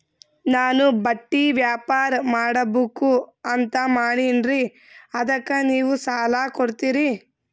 ನಾನು ಬಟ್ಟಿ ವ್ಯಾಪಾರ್ ಮಾಡಬಕು ಅಂತ ಮಾಡಿನ್ರಿ ಅದಕ್ಕ ನೀವು ಸಾಲ ಕೊಡ್ತೀರಿ?